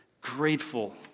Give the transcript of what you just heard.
grateful